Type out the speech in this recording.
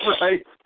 right